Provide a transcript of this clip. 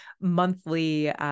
monthly